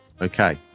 Okay